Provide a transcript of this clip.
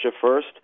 first